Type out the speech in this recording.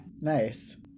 nice